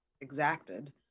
exacted